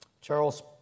Charles